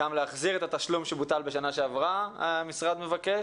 גם להחזיר את התשלום שבוטל בשנה שעברה המשרד מבקש.